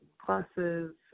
classes